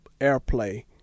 airplay